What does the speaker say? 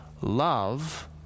love